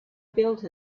built